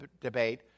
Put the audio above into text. debate